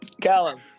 Callum